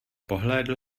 pohlédl